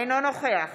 אינו נוכח